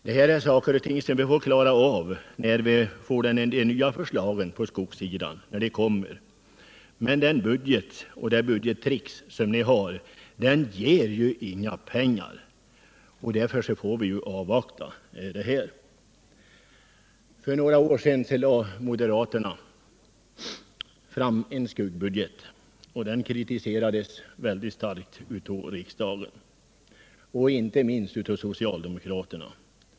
Detta är frågor som vi får ta ställning till när vi får de nya förslagen från skogsutredningen. De budgettricks som ni använder er av ger inga pengar, och därför får vi avvakta även med åtgärderna. För några år sedan lade moderaterna fram en skuggbudget. Den kritiserades starkt av riksdagen, inte minst av socialdemokraterna.